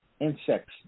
Insects